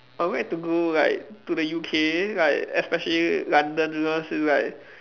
I would like to go like to the U_K like especially London you know since like